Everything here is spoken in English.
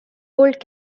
old